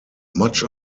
much